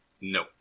No